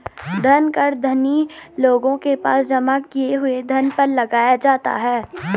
धन कर धनी लोगों के पास जमा किए हुए धन पर लगाया जाता है